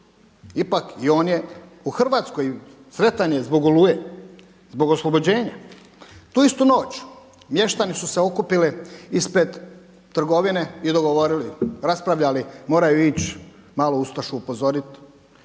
ipak i on je u Hrvatskoj, sretan je zbog „Oluje“, zbog oslobođenja. Tu istu noć mještani su se okupili ispred trgovine i dogovorili, raspravljali moraju ići malo ustašu upozoriti.